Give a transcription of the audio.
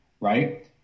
Right